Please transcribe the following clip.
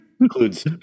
includes